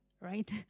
right